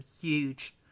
huge